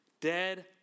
dead